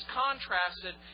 contrasted